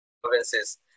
provinces